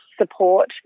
support